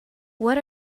what